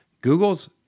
Google's